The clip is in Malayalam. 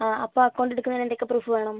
ആ അപ്പം അക്കൗണ്ട് എടുക്കുന്നേന് എന്തൊക്ക പ്രൂഫ് വേണം